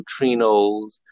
neutrinos